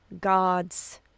gods